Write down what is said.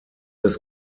des